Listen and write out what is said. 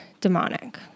demonic